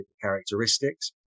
characteristics